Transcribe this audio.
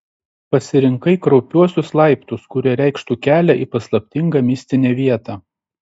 pasirinkai kraupiuosius laiptus kurie reikštų kelią į paslaptingą mistinę vietą